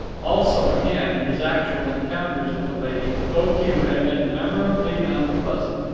also, again, his actual encounters with the lady, though few, had been memorably unpleasant.